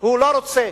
הוא לא רוצה.